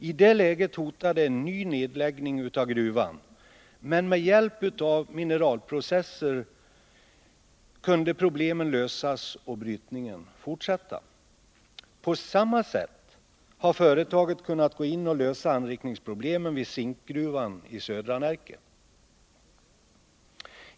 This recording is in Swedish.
I det läget hotade en ny nedläggning av gruvan, men med hjälp av Mineralprocesser AB i Stråssa kunde problemen lösas och brytningen fortsätta. På samma sätt har företaget kunnat gå in och lösa anrikningsproblemen vid Zinkgruvan i södra Närke.